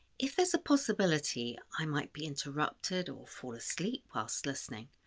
if there's a possibility i might be interrupted or fall asleep whilst listening,